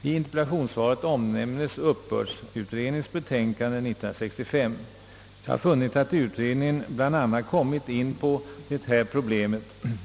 I interpellationssvaret omnämns uppbördsutredningens betänkande 1965. Jag har funnit att utredningen bl.a. kommit in på det här problemet.